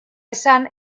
esan